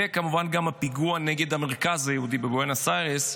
וכמובן גם הפיגוע נגד המרכז היהודי בבואנוס איירס.